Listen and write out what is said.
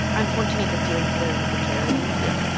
i'm fortunate that doing hilarity for charity. yeah.